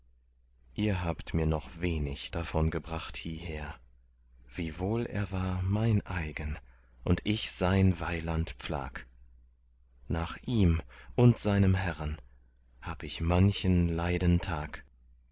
ihr habt mir noch wenig davon gebracht hieher wiewohl er war mein eigen und ich sein weiland pflag nach ihm und seinem herren hab ich manchen leiden tag